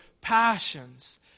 passions